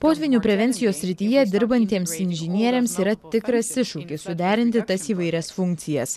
potvynių prevencijos srityje dirbantiems inžinieriams yra tikras iššūkis suderinti tas įvairias funkcijas